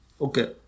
Okay